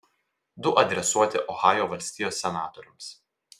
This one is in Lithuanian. du adresuoti ohajo valstijos senatoriams